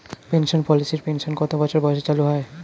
Pension পলিসির pension কত বছর বয়সে চালু হয়?